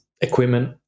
equipment